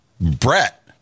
Brett